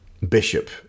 Bishop